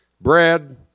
bread